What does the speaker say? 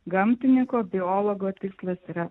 gamtininko biologo tikslas yra